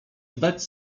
zdać